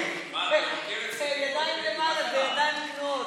זה היה יפה,